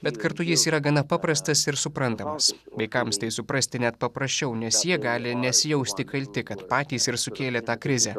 bet kartu jis yra gana paprastas ir suprantamas vaikams tai suprasti net paprasčiau nes jie gali nesijausti kalti kad patys ir sukėlė tą krizę